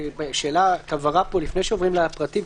שאלת הבהרה לפני שעוברים לפרטים,